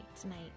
tonight